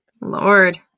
lord